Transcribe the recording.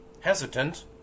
Hesitant